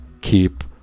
keep